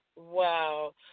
Wow